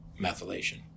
methylation